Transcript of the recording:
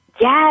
yes